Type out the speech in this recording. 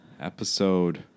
episode